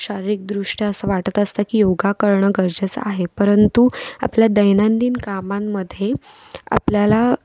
शारीरिक दृष्ट्या असं वाटत असतं की योगा करणं गरजेचं आहे परंतु आपल्या दैनंदिन कामांमध्ये आपल्याला